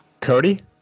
Cody